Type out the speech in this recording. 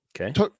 Okay